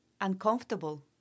uncomfortable